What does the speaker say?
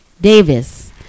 Davis